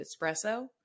espresso